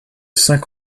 cinq